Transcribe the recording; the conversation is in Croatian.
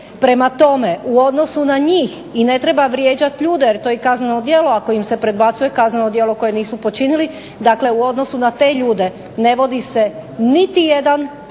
Prema tome, u odnosu na njih i ne treba vrijeđati ljude, jer to je kazneno djelo ako im se predbacuje kazneno djelo koje nisu počinili. Dakle, u odnosu na te ljude ne vodi se niti jedan